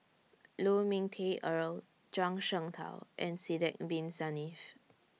Lu Ming Teh Earl Zhuang Shengtao and Sidek Bin Saniff